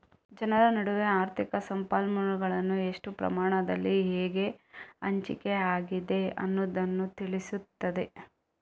ಜನರ ನಡುವೆ ಆರ್ಥಿಕ ಸಂಪನ್ಮೂಲಗಳು ಎಷ್ಟು ಪ್ರಮಾಣದಲ್ಲಿ ಹೇಗೆ ಹಂಚಿಕೆ ಆಗಿದೆ ಅನ್ನುದನ್ನ ತಿಳಿಸ್ತದೆ